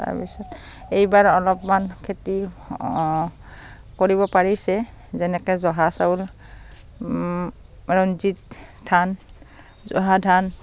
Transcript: তাৰপিছত এইবাৰ অলপমান খেতি কৰিব পাৰিছে যেনেকৈ জহা চাউল ৰঞ্জিত ধান জহা ধান